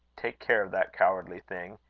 take care of that cowardly thing.